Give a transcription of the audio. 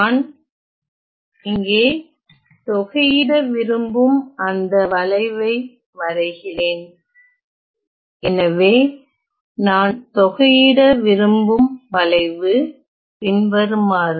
நான் இங்கே தொகையிட விரும்பும் அந்த வளைவை வரைகிறேன் எனவே நான் தொகையிட விரும்பும் வளைவு பின்வருமாறு